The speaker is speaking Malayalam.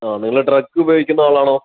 ആ നിങ്ങൾ ഡ്രഗ്സ് ഉപയോഗിക്കുന്ന ആളാണോ